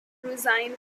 resigned